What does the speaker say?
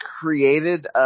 created